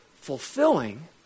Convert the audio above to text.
fulfilling